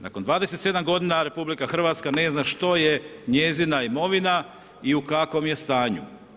Nakon 27 godina RH ne zna što je njezina imovina i u kakvom je stanju.